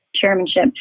chairmanship